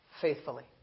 faithfully